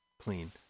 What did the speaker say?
clean